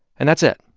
and that's it.